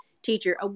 teacher